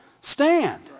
stand